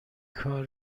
کار